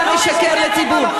אתה משקר לציבור.